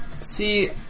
see